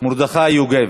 מרדכי יוגב.